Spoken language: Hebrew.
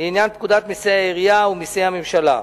לעניין פקודת מסי העירייה ומסי הממשלה.